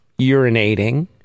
urinating